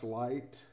light